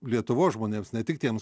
lietuvos žmonėms ne tik tiems